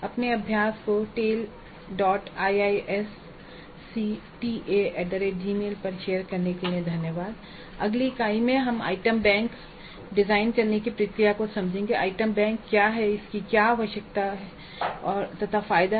अपने अभ्यास को taleiisctagmailcom पर शेयर करने के लिए धन्यवाद अगली ईकाई में हम आइटम बैंक डिजाइन करने की प्रक्रिया को समझेंगे आइटम बैंक क्या है इसकी क्या आवश्यकता तथा फायदा है